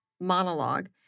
monologue